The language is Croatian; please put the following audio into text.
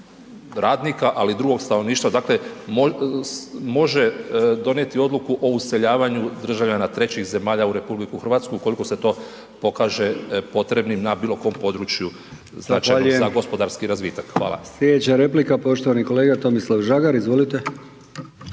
radnika ali drugog stanovništva dakle može donijeti odluku o useljavanju državljana trećih zemalja u RH ukoliko se to pokaže potrebnim na bilo kom području značajnim za gospodarski razvitak. Hvala. **Brkić, Milijan (HDZ)** Zahvaljujem. Slijedeća replika poštovani kolega Tomislav Žagar, izvolite.